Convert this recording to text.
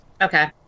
Okay